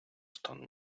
стан